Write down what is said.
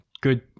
Good